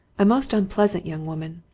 a most unpleasant young woman!